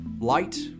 light